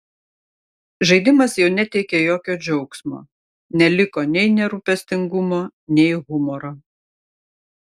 žaidimas jau neteikė jokio džiaugsmo neliko nei nerūpestingumo nei humoro